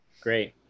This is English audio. great